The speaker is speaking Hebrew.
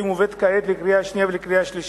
והיא מובאת כעת לקריאה שנייה ולקריאה שלישית.